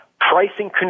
Pricing